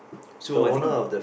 so I think